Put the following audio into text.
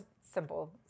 simple